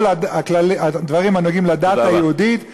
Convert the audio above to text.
כל הדברים הנוגעים לדת היהודית,